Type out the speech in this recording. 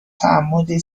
تعمدی